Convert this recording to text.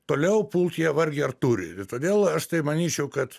toliau pult jie vargiai ar turi ir todėl aš tai manyčiau kad